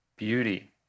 Beauty